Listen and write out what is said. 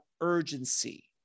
urgency